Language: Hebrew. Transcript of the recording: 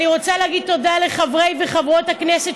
אני רוצה להגיד תודה לחברות וחברי הכנסת